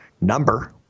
number